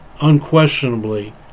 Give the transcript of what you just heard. Unquestionably